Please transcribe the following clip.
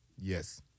Yes